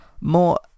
more